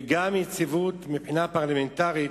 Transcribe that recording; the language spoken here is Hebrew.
וגם יציבות מבחינה פרלמנטרית,